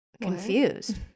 confused